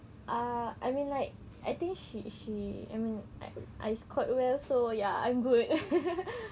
ah I mean like I think she she I mean I I scored well so ya I'm good